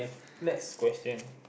next question